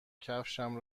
کفشم